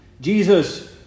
Jesus